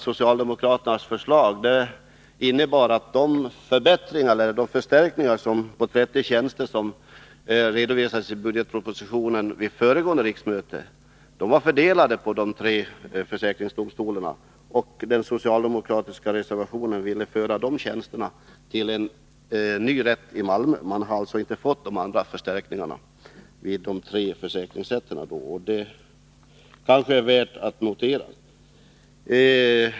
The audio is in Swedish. Socialdemokraternas förslag innebar ju att den förstärkning med 30 tjänster som redovisades i budgetpropositionen vid föregående riksmöte var fördelad på de tre försäkringsdomstolarna och att den socialdemokratiska reservationen ville föra dessa tjänster till en ny rätt i Malmö. Men då hade de tre försäkringsrätterna inte fått de andra förstärkningarna. Detta är värt att notera.